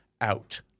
out